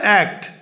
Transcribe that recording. act